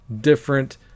different